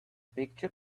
picture